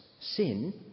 Sin